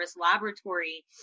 laboratory